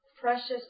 precious